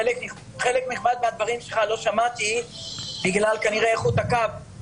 חלק נכבד מהדברים שלך לא שמעתי בגלל כנראה איכות הקו.